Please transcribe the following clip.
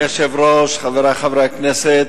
אדוני היושב-ראש, חברי חברי הכנסת,